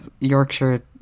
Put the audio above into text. Yorkshire